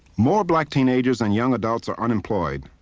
more black teenagers and young adults are unemployed.